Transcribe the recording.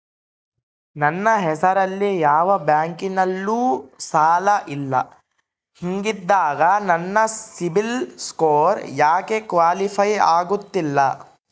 ನನ್ನ ಹೆಸರಲ್ಲಿ ಯಾವ ಬ್ಯಾಂಕಿನಲ್ಲೂ ಸಾಲ ಇಲ್ಲ ಹಿಂಗಿದ್ದಾಗ ನನ್ನ ಸಿಬಿಲ್ ಸ್ಕೋರ್ ಯಾಕೆ ಕ್ವಾಲಿಫೈ ಆಗುತ್ತಿಲ್ಲ?